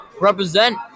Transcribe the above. Represent